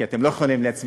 כי אתם לא יכולים להצביע,